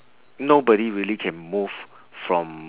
nobody really can move from